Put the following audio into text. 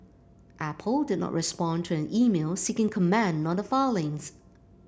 apple did not respond to an email seeking comment on the filings